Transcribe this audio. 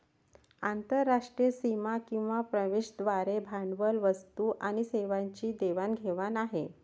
आंतरराष्ट्रीय सीमा किंवा प्रदेशांद्वारे भांडवल, वस्तू आणि सेवांची देवाण घेवाण आहे